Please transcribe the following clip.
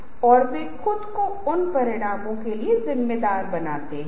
लेकिन ज्यादातर मामलों में क्लिप और आवाज़ ध्यान भंग करते हैं